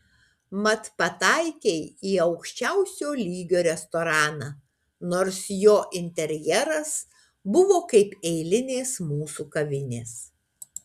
mat pataikei į aukščiausio lygio restoraną nors jo interjeras buvo kaip eilinės mūsų kavinės